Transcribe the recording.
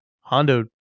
Hondo